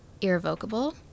irrevocable